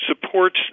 Supports